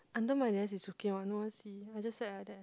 under my desk is okay one no one see I just sat like that